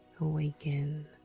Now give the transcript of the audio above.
awaken